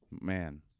Man